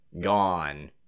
gone